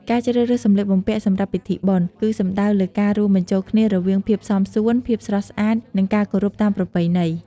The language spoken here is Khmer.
ការជ្រើសរើសសម្លៀកបំពាក់សម្រាប់ពិធីបុណ្យ គឺសំដៅលើការរួមបញ្ចូលគ្នារវាងភាពសមសួន ភាពស្រស់ស្អាត និងការគោរពតាមប្រពៃណី។